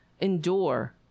endure